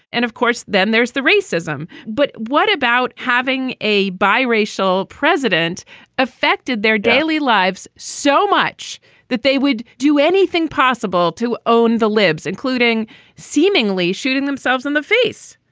and of course, then there's the racism. but what about having a bi racial president affected their daily lives so much that they would do anything possible to own the libs, including seemingly shooting themselves in the face?